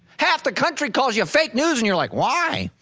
half the country calls you fake news and you're like, why?